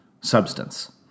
substance